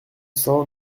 cent